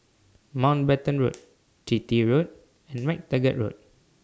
Mountbatten Road Chitty Road and MacTaggart Road